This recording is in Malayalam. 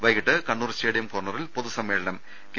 വൈകുന്നേരം കണ്ണൂർ സ്റ്റേഡിയു ക്യോർണറിൽ പൊതുസമ്മേളനം കെ